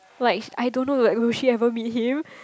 like I don't know like will she ever meet him